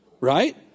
right